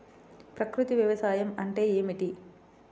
ప్రకృతి వ్యవసాయం అంటే ఏమిటి?